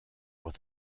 with